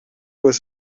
with